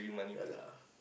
ya lah